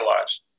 lives